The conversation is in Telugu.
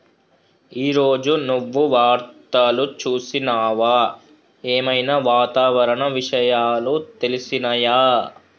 ఈ రోజు నువ్వు వార్తలు చూసినవా? ఏం ఐనా వాతావరణ విషయాలు తెలిసినయా?